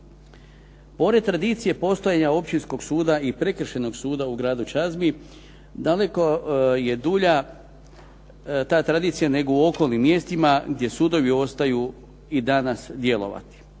Pored tradicije postojanja Općinskog suda i Prekršajnog suda u Gradu Čazmi daleko je dulja ta tradicija nego u okolnim mjestima gdje sudovi ostaju i danas djelovati.